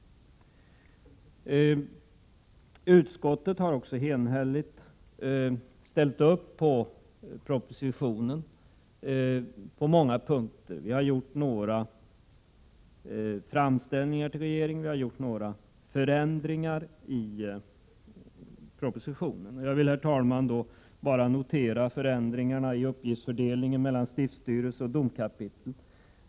1987/88:95 Vidare har utskottet enhälligt ställt sig bakom propositionen på många — 7 april 1988 punkter. Vi har föreslagit några framställningar till regeringen och även föreslagit några förändringar när det gäller propositionen. Jag vill, herr talman, bara notera förändringarna i uppgiftsfördelningen mellan stiftsstyrelse och domkapitel.